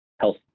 health